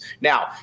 Now